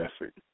effort